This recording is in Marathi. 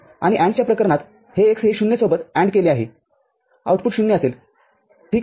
आणि AND च्या प्रकरणातहे x हे ० सोबत AND केले आहेआउटपुट ० असेल ठीक आहे